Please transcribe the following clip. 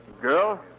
Girl